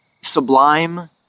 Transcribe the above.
sublime